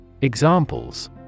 Examples